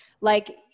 like-